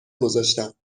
گذاشتم